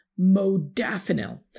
Modafinil